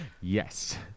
Yes